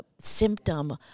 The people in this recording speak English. symptom